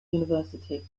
university